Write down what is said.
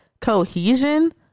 cohesion